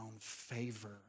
favor